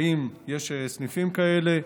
ואם יש סניפים כאלה,